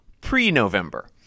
pre-November